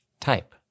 Type